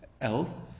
else